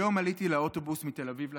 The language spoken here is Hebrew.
היום עליתי לאוטובוס מתל אביב לצפון,